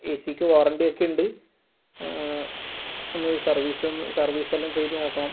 A സിക്ക് warranty ഒക്കെ ഉണ്ട് ഒന്ന് സർവീസ് ഒന്ന് സർവീസ് എല്ലാം ചെയ്ത് നോക്കണം